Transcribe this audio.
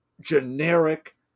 generic